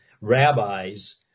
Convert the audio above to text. rabbis